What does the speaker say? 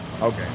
Okay